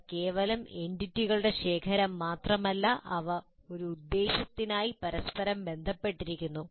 അവ കേവലം എന്റിറ്റികളുടെ ശേഖരം മാത്രമല്ല അവ ഒരു ഉദ്ദേശ്യത്തിനായി പരസ്പരം ബന്ധപ്പെട്ടിരിക്കുന്നു